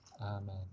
Amen